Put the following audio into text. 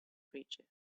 creature